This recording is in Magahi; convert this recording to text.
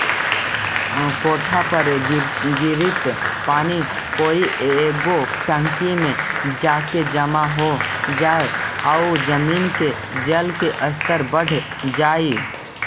कोठा पर गिरित पानी कोई एगो टंकी में जाके जमा हो जाई आउ जमीन के जल के स्तर बढ़ जाई